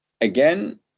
again